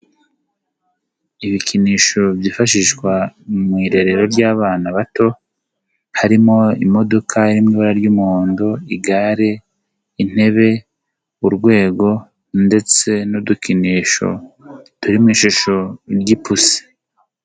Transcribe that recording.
Ibikinisho byifashishwa mu irerero ry'abana bato, harimo imodoka iri mu iburara ry'umuhondo, igare, intebe, urwego ndetse n'udukinisho turi mu ishusho ry'ipusi.